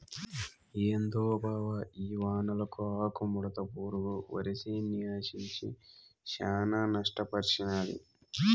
ఏందో బావ ఈ వానలకు ఆకుముడత పురుగు వరిసేన్ని ఆశించి శానా నష్టపర్సినాది